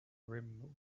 rim